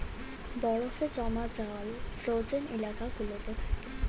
বরফে জমা জল ফ্রোজেন এলাকা গুলোতে থাকে